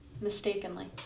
Mistakenly